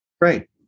Right